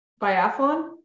Biathlon